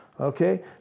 Okay